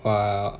!wah!